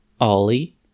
Ollie